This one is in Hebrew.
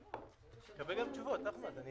תקבל גם תשובות, אחמד.